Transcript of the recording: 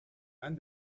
and